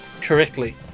correctly